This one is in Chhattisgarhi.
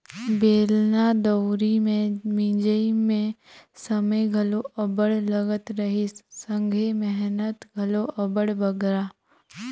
बेलना दउंरी मे मिंजई मे समे घलो अब्बड़ लगत रहिस संघे मेहनत घलो अब्बड़ बगरा